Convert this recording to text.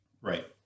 Right